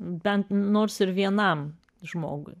bent nors vienam žmogui